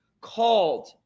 called